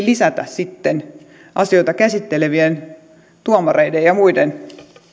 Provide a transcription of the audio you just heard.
lisätä sitten asioita käsittelevien tuomareiden ja muiden